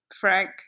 Frank